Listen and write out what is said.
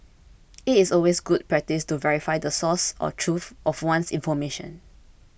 it is always good practice to verify the source or truth of one's information